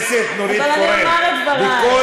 אבל אני אומר את דבריי.